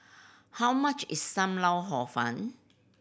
how much is Sam Lau Hor Fun